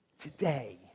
Today